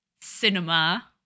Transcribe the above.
cinema